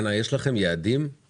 יש לכם יעדים?